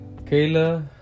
Kayla